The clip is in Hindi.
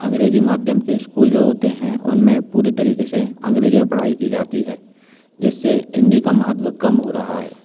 अंग्रेज़ी माध्यम के इस्कूल जो होते हैं उन में पूरे तरीक़े से अंग्रेज़ी में पढ़ाई की जाती है जिससे हिन्दी का महत्व कम हो रहा है